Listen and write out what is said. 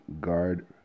guard